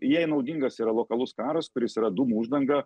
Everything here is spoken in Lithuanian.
jai naudingas yra lokalus karas kuris yra dūmų uždanga